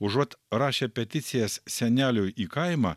užuot rašę peticijas seneliui į kaimą